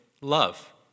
Love